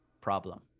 problem